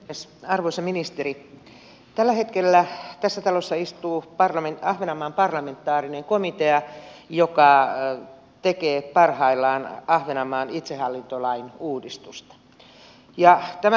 arvoisa ministeri tällä hetkellä tässä talossa istuu ahvenanmaan parlamentaarinen komitea joka tekee parhaillaan ahvenanmaan itsehallintolain uudistusta